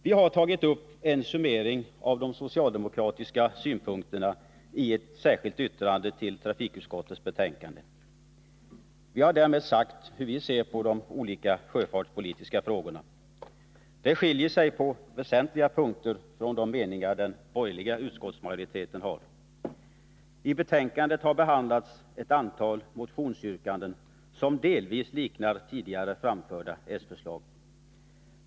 Vi har gjort en summering av de socialdemokratiska synpunkterna i ett särskilt yttrande till trafikutskottets betänkande. Vi har där sagt hur vi ser på de olika sjöfartspolitiska frågorna. Det skiljer sig på väsentliga punkter från de meningar som den borgerliga utskottsmajoriteten har. I betänkandet behandlas också ett antal motionsyrkanden, som delvis liknar tidigare framförda socialdemokratiska förslag.